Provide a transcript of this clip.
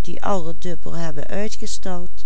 die alle dubbel hebben uitgestald